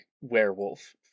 werewolf